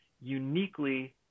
uniquely